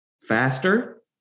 faster